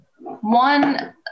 one